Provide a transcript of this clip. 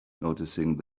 noticing